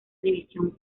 división